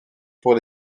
pour